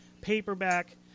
paperback